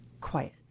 quiet